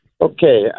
Okay